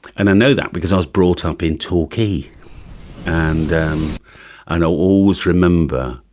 and i know that because i was brought up in torquay and and i always remember